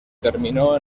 terminó